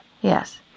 Yes